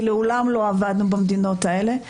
כי לעולם לא עבדנו במדינות האלה,